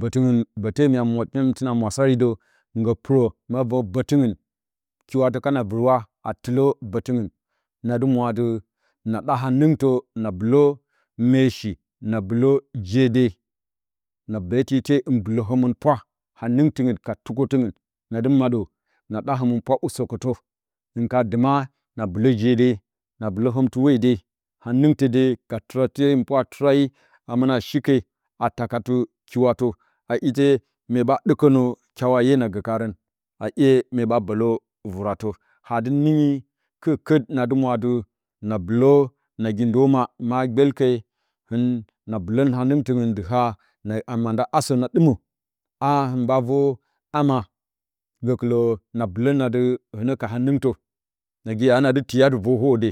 bətɨngɨn, bəte mya inwot tɨ, bəte təna mwasari də nggə pɨrə a vor bətɨngɨn kyiwatə kana vɨrwa, a tɨlə bətɨngɨn na dɨ mwa adɨ na da hanɨngtə, na bɨlə meeshi, na bɨlə je de, na beetɨ ite hɨ bɨlə həmɨnpwa hanɨngtɨ ngɨn ka tukwo tɨngɨn nadɨ maɗə na ɗa həmɨnpwa usəkətə hɨn kana dɨma na bɨlə je de, na həmtɨ hwode hanɨng tɨ de, ka tɨra te həmɨnpwa a tɨrari a mɨna shi ke a takati kyiwatə a ite mye ɓa turn ɗɨkə nə kyawaye e na gə kaarə a 'ye mee ɓaa bələ vɨratə ha adɨ nɨnyi kɨrkɨr nadɨ mwa adɨ na bɨlə nagi ndoma, maa gbyel ke hɨn na bɨlən hanɨngtɨngɨn dɨ haana ma nda asə na dɨimə a hipllusnə ka hanɨngtə nagi ya nadɨ tiya dɨ və hwode.